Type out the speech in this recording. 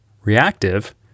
reactive